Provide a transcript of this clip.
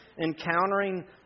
encountering